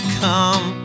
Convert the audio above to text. come